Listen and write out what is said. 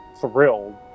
thrilled